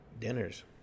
dinners